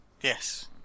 Yes